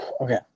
okay